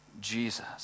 Jesus